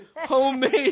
homemade